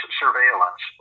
surveillance